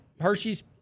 Hershey's